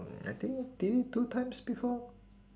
mm I think I did it two times before